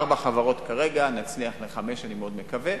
ארבע חברות כרגע, ונצליח חמש, אני מאוד מקווה.